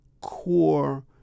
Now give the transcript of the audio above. core